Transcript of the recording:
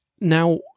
Now